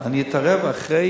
אני אתערב אחרי